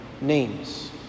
names